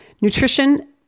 nutrition